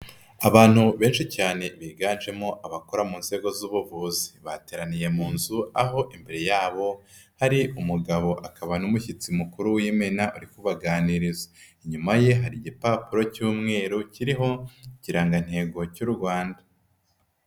Abantu benshi cyane biganjemo abakora mu nzego z'ubuvuzi. Bateraniye mu nzu, aho imbere yabo hari umugabo akaba n'umushyitsi mukuru w'imena uri kubaganiriza. Inyuma ye hari igipapuro cy'umweru kiriho ikirangantego cy'u Rwanda.